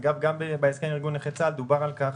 אגב, גם בהסכם עם ארגון נכי צה"ל דובר על כך